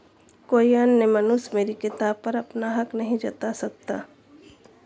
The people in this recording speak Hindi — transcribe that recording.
कोई अन्य मनुष्य मेरी किताब पर अपना हक नहीं जता सकता